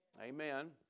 Amen